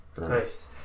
Nice